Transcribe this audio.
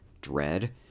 dread